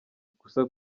gusa